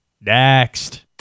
next